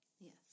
Yes